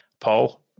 Paul